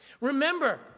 Remember